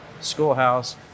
schoolhouse